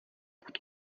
pod